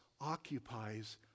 occupies